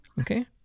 Okay